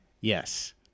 yes